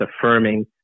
affirming